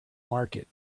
market